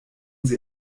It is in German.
sie